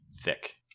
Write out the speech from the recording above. thick